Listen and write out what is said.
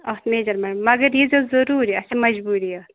اَتھ میجَرمیٚنٛٹ مَگر ییٖزیو ضروٗری اَسہِ چھےٚ مَجبوٗری یتھ